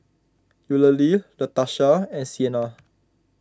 Eulalie Latasha and Siena